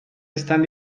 están